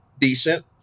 decent